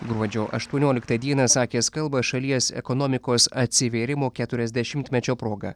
gruodžio aštuonioliktą dieną sakęs kalbą šalies ekonomikos atsivėrimo keturiasdešimtmečio proga